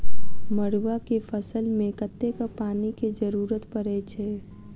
मड़ुआ केँ फसल मे कतेक पानि केँ जरूरत परै छैय?